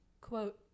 quote